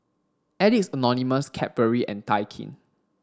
Addicts Anonymous Cadbury and Daikin